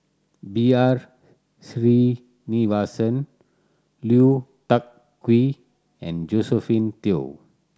B R Sreenivasan Lui Tuck Yew and Josephine Teo